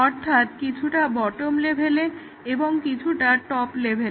অর্থাৎ কিছুটা বটম লেভেলে এবং কিছুটা টপ লেভেলে